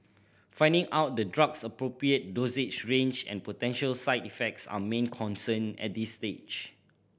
finding out the drug's appropriate dosage range and potential side effects are main concern at this stage